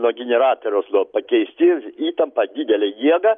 nuo generatoriaus nuo pakeisti įtampa didelė gėda